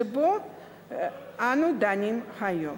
שבה אנו דנים היום.